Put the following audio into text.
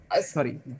Sorry